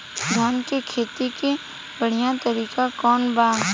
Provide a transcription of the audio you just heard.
धान के खेती के बढ़ियां तरीका कवन बा?